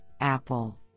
Apple